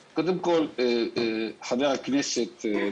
חבר הכנסת סעדי,